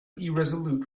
irresolute